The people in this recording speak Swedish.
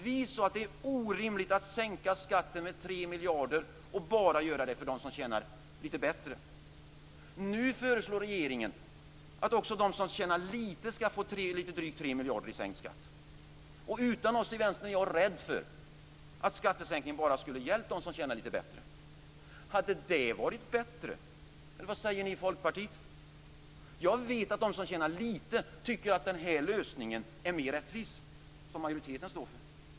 Vi sade att det är orimligt att sänka skatten med 3 miljarder kronor och bara göra det för dem som tjänar lite bättre. Nu föreslår regeringen att också de som tjänar mindre skall få drygt 3 miljarder i sänkt skatt. Utan oss i Vänstern är jag rädd att skattesänkningen bara hade gällt dem som tjänar lite bättre. Hade det varit bättre? Vad säger ni i Folkpartiet? Jag vet att de som tjänar lite tycker att den lösning som majoriteten står för är mer rättvis.